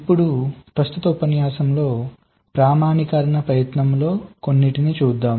ఇప్పుడు ప్రస్తుత ఉపన్యాసంలో ప్రామాణీకరణ ప్రయత్నంలో కొన్నింటిని చూద్దాం